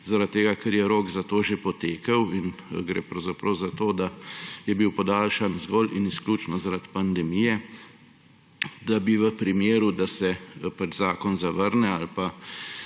za to že potekel in gre pravzaprav za to, da je bil podaljšan zgolj in izključno zaradi pandemije. V primeru, da se zakon zavrne ali pa